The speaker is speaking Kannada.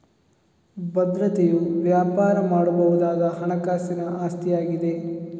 ಭದ್ರತೆಯು ವ್ಯಾಪಾರ ಮಾಡಬಹುದಾದ ಹಣಕಾಸಿನ ಆಸ್ತಿಯಾಗಿದೆ